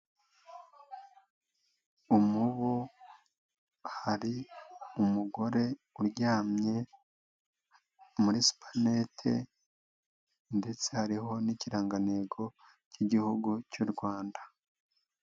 Umubu hari umugore uryamye muri supanete ndetse hariho n'ikirangantego cygihugu cy'u Rwanda.